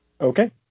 Okay